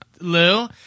Lou